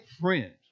friends